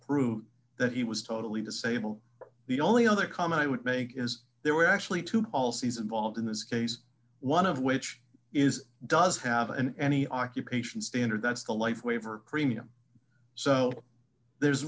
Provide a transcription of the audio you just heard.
prove that he was totally disabled the only other comment i would make is there were actually two all season volved in this case one of which is does have an any occupation standard that's the life waiver premium so there's